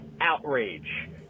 outrage